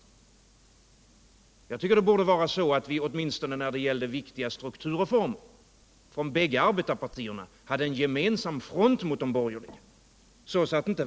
Det borde i stället vara så att vi från båda arbetarpartierna, åtminstone när det gäller viktiga strukturreformer, hade en gemensam front mot de borgerliga.